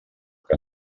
que